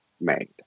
made